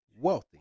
wealthy